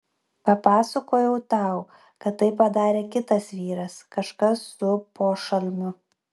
papasakojau tau kad tai padarė kitas vyras kažkas su pošalmiu